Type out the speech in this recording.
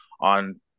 on